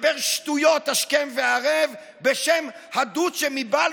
מדבר שטויות השכם והערב בשם הדוצ'ה מבלפור,